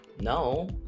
No